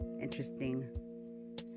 interesting